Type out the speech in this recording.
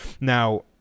now